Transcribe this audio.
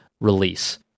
release